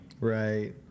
Right